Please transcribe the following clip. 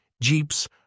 jeeps